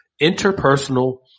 interpersonal